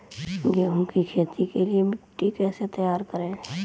गेहूँ की खेती के लिए मिट्टी कैसे तैयार करें?